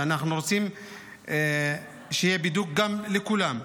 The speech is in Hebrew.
ואנחנו רוצים שיהיה בידוק גם לכולם,